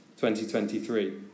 2023